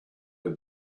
will